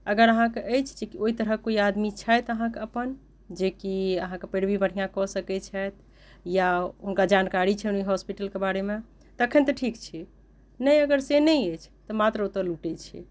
अगर अहाँके अछि जे कि ओहि तरहक कोइ आदमी छथि अहाँके अपन जे कि अहाँके पैरवी बढ़िआँ कऽ सकैत छथि या हुनका जानकारी छनि ओहि हॉस्पिटलके बारेमे तखन तऽ ठीक छै नहि अगर से नहि अछि तऽ मात्र ओतय लूटैत छै